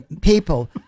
people